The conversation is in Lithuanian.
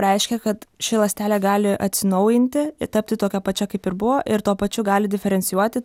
reiškia kad ši ląstelė gali atsinaujinti ir tapti tokia pačia kaip ir buvo ir tuo pačiu gali diferencijuoti